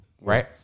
right